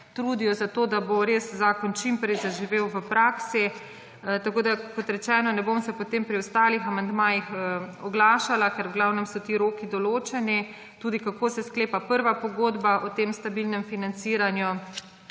za to, da bo res zakon čim prej zaživel v praksi. Kot rečeno, ne bom se potem pri ostalih amandmajih oglašala, ker so v glavnem ti roki določeni, tudi kako se sklepa prva pogodba o stabilnem financiranju